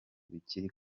bikiri